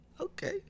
Okay